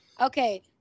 okay